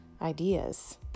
Ideas